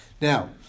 Now